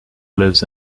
lives